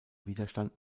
widerstand